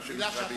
מה שנקרא בעברית.